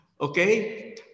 Okay